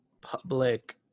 public